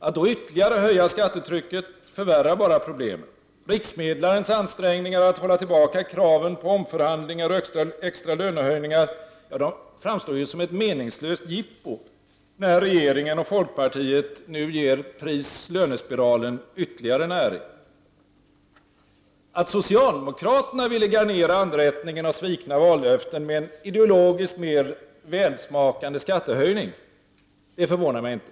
Att då ytterligare höja skattetrycket förvärrar bara problemen. Riksmedlarens ansträngningar att hålla tillbaka kraven på omförhandlingar och extra lönehöjningar framstår som ett meningslöst jippo, när regeringen och folkpartiet nu ger pris-lönespiralen ytterligare näring. Att socialdemokraterna ville garnera anrättningen av svikna vallöften med en ideologiskt mer välsmakande skattehöjning förvånar mig inte.